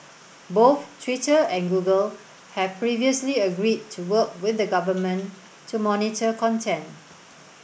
both Twitter and Google have previously agreed to work with the government to monitor content